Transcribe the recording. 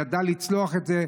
ידע לצלוח את זה.